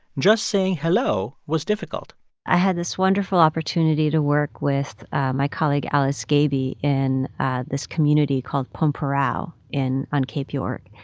just saying hello was difficult i had this wonderful opportunity to work with my colleague alice gaby in this community called pormpuraaw in on cape york.